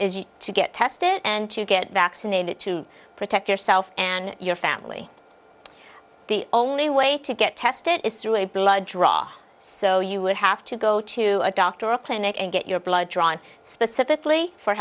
is to get tested and to get vaccinated to protect yourself and your family the only way to get tested is through a blood draw so you would have to go to a doctor or a clinic and get your blood drawn specifically for